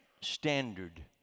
Standard